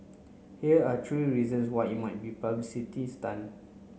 here are three reasons why it might be publicity stunt